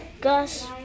Gus